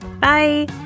Bye